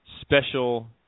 special